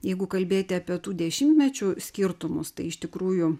jeigu kalbėti apie tų dešimtmečių skirtumus tai iš tikrųjų